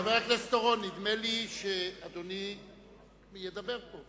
חבר הכנסת אורון, נדמה לי שאדוני ידבר פה.